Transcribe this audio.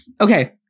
Okay